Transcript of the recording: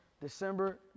December